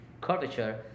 curvature